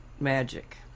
magic